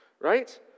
right